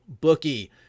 bookie